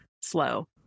slow